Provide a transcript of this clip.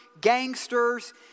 gangsters